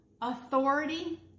authority